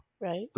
right